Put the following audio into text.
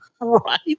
Right